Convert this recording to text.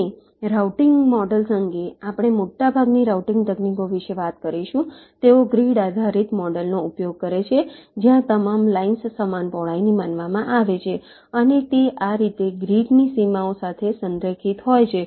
અને routing models અંગે આપણે મોટાભાગની રાઉટિંગ તકનીકો વિશે વાત કરીશું તેઓ ગ્રીડ આધારિત મોડલનો ઉપયોગ કરે છે જ્યાં તમામ લાઇંસ સમાન પહોળાઈની માનવામાં આવે છે અને તે આ રીતે ગ્રીડની સીમાઓ સાથે સંરેખિત હોય છે